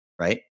right